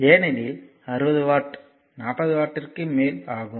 ஏனெனில் 60 வாட் 40 வாட்டிற்கு மேல் ஆகும்